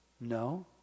No